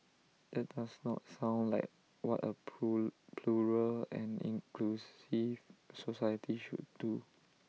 that does not sound like what A plural and inclusive society should do